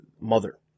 mother